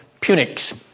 Punics